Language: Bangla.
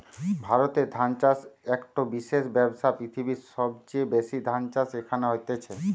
ভারতে ধান চাষ একটো বিশেষ ব্যবসা, পৃথিবীর সবচেয়ে বেশি ধান চাষ এখানে হতিছে